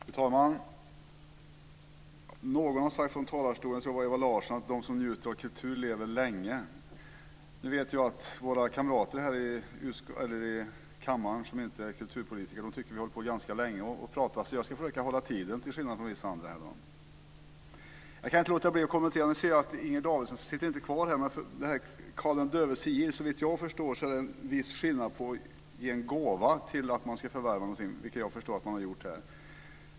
Fru talman! Någon har sagt från talarstolen - jag tror att det var Ewa Larsson - att de som njuter av kultur lever länge. Nu vet jag att våra kamrater här i kammaren som inte är kulturpolitiker tycker att vi har talat ganska länge. Jag ska därför, till skillnad från vissa andra, försöka hålla min talartid. Även om inte Inger Davidson är kvar kan jag inte låta bli att kommentera det som har sagts om Karl den döves sigill. Såvitt jag förstår är det en viss skillnad när det gäller att ge en gåva till att något ska förvärvas, vilket jag har förstått att man ha gjort i detta fall.